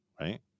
right